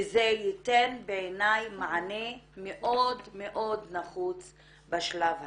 וזה ייתן, בעיניי, מענה מאוד מאוד נחוץ בשלב הזה.